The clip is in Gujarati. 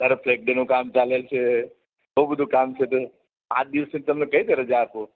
ફ્લેગ ડે નું કામ ચાલે છે બહુ બધું કામ છે તો આ જ દિવસે તમને કઈ રીતે આપું